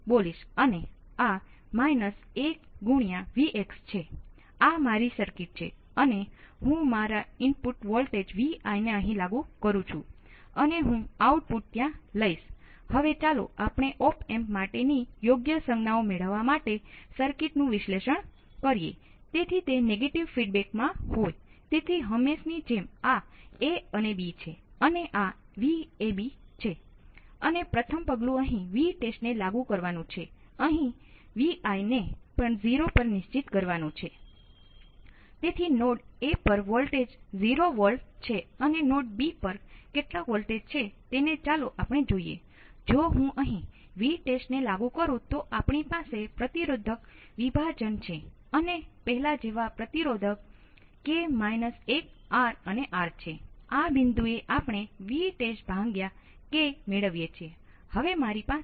તેથી ત્યાં શું થાય છે કે આવા કિસ્સામાં ચાલો આપણે કહીએ કે Vout પોઝિટિવ હશે ત્યારે તે માત્ર નિશ્ચિત Io હશે અને પછી તે આને અનુસરશે અને આ રીતે આગળ હશે